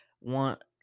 want